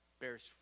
bears